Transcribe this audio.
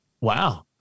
Wow